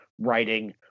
writing